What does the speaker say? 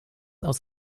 aus